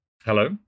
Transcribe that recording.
Hello